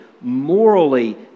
morally